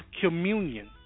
communion